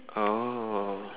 oh